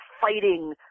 fighting